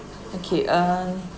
okay um